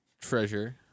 treasure